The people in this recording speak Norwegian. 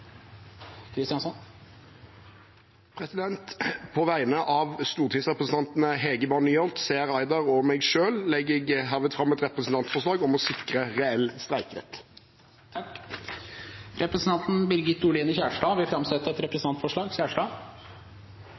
På vegne av stortingsrepresentantene Hege Bae Nyholt, Seher Aydar og meg selv vil jeg legge fram et representantforslag om å sikre reell streikerett. Representanten Birgit Oline Kjerstad vil framsette et representantforslag.